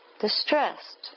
distressed